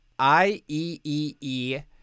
IEEE